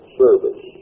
service